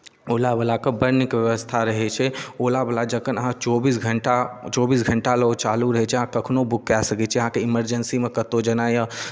ओलावलाके बड़ नीक व्यवस्था रहै छै ओलावला जखन अहाँ चौबीस घंटा चौबीस घंटा लेल ओ चालू रहै छै अहाँ कखनहु बुक कए सकै छियै अहाँकेँ इमर्जेंसीमे कतहु जेनाइ यए